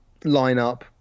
lineup